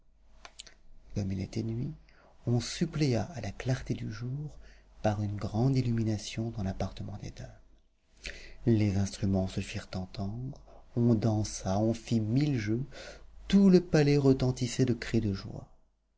comme il était nuit on suppléa à la clarté du jour par une grande illumination dans l'appartement des dames les instruments se firent entendre on dansa on fit mille jeux tout le palais retentissait de cris de joie